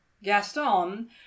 gaston